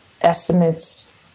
estimates